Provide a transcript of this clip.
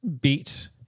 beat